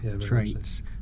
traits